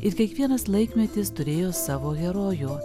ir kiekvienas laikmetis turėjo savo herojų